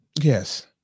Yes